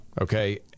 Okay